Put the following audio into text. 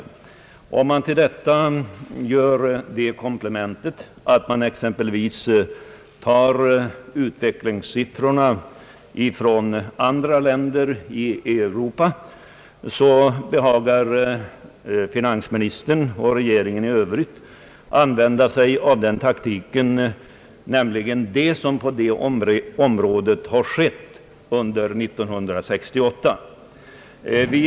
Om man till detta gör det komplementet att man tar utvecklingssiffrorna från andra länder i Europa, så behagar finansministern och regeringen i övrigt använda den taktiken att begränsa sig till vad som skett på området under 1968.